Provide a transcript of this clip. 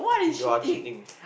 you're cheating